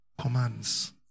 Commands